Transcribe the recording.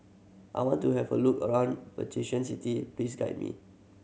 I want to have a look around Vatican City Please guide me